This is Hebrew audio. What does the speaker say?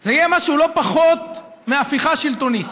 זה יהיה משהו שהוא לא פחות מהפיכה שלטונית,